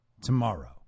tomorrow